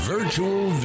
Virtual